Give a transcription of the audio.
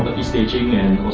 staging and